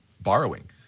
borrowing